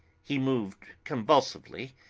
he moved convulsively,